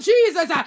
Jesus